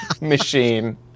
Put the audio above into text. machine